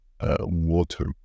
water